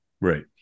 Right